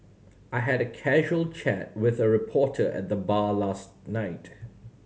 I had a casual chat with a reporter at the bar last night